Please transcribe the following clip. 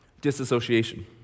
disassociation